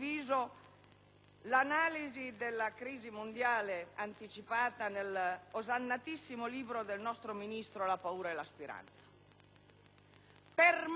l'analisi della crisi mondiale anticipata nell'osannatissimo libro del ministro Tremonti «La paura e la speranza». Per mesi